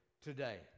Today